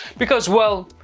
because, well,